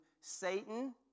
Satan